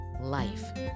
Life